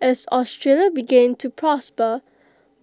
as Australia began to prosper